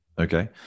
Okay